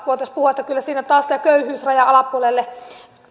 voitaisiin puhua että kyllä siinä taas köyhyysrajan alapuolelle